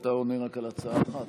אתה עונה רק על הצעה אחת,